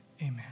amen